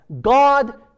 God